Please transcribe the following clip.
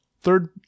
Third